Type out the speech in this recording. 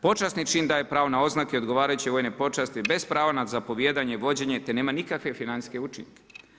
Počasni čin daje pravo na oznake i odgovarajuće vojne počasti bez prava na zapovijedanje, vođenje te nema nikakve financijske učinke.